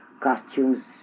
costumes